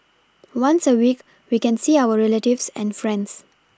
once a week we can see our relatives and friends